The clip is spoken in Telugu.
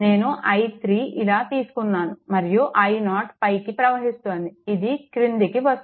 ఇక్కడ ఒక విషయం మాత్రమే ఉంది నేను i3 ఇలా తీసుకున్నాను మరియు i0 పైకి ప్రవహిస్తోంది ఇది క్రిందికి వస్తుంది అంటే i0 i3